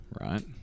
Right